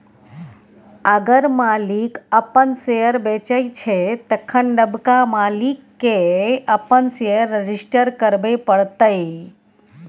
अगर मालिक अपन शेयर बेचै छै तखन नबका मालिक केँ अपन शेयर रजिस्टर करबे परतै